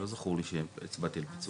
לא זכור לי שהצבעתי על פיצולה.